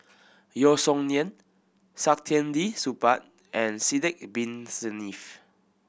Yeo Song Nian Saktiandi Supaat and Sidek Bin Saniff